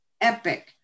epic